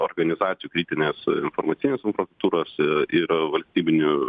organizacijų kritinės informacinės infrastruktūros ir valstybinių